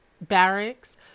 Barracks